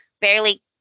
barely